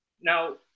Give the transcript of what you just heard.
Now